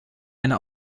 eine